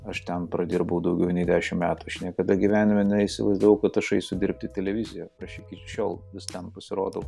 aš ten pradirbau daugiau nei dešimt metų aš niekada gyvenime neįsivaizdavau kad aš eisiu dirbti televizijoje aš iki šiol vis ten pasirodau